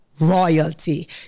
royalty